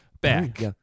back